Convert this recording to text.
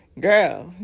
girl